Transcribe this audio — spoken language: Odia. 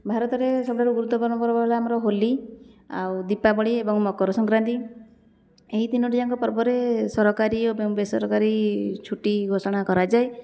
ଭାରତରେ ସବୁଠାରୁ ଗୁରୁତ୍ୱପୂର୍ଣ୍ଣ ପର୍ବ ହେଲା ଆମର ହୋଲି ଆଉ ଦୀପାବଳି ଏବଂ ମକରସଂକ୍ରାନ୍ତି ଏହି ତିନୋଟିଯାକ ପର୍ବରେ ସରକାରୀ ଓ ବେସରକାରୀ ଛୁଟି ଘୋଷଣା କରାଯାଏ